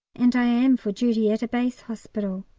and i am for duty at a base hospital.